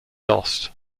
lost